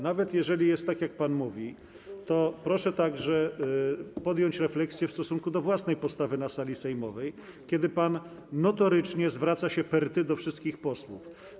Nawet jeżeli jest tak, jak pan mówi, to proszę także podjąć refleksję nad własną postawą na sali sejmowej, kiedy pan notorycznie zwraca się per ty do wszystkich posłów.